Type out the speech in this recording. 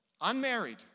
unmarried